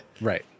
Right